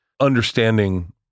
understanding